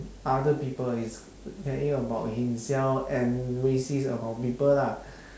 other people he's he caring about himself and racist about people lah